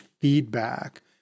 feedback